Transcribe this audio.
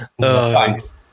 thanks